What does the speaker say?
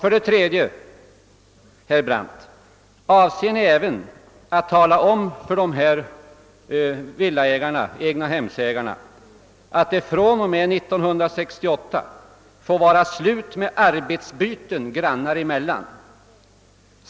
För det tredje: Avser ni också att tala om för dessa villaägare och egnahemsägare att det fr.o.m. år 1968 får vara slut med arbetsbyten grannar emellan?